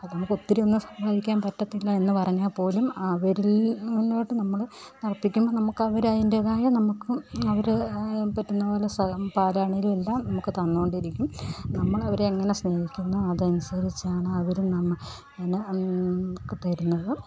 അത് നമ്മൾക്ക് ഒത്തിരി ഒന്ന് സമ്പാദിക്കാന് പറ്റത്തില്ലാ എന്ന് പറഞ്ഞാൽ പോലും അവരില് മുന്നോട്ട് നമ്മൾ നടത്തിക്കുമ്പോൾ നമുക്ക് അവർ അതിന്റേതായ നമുക്കും അവർ പറ്റുന്നത് പോലെ പാലാണെങ്കിലും എല്ലാം നമുക്ക് തന്നു കൊണ്ടിരിക്കും നമ്മൾ അവരെ എങ്ങനെ സ്നേഹിക്കുന്നോ അത് അനുസരിച്ചാണ് അവരും നമ്മളെ പിന്നെ നമുക്ക് തരുന്നത്